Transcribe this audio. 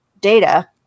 data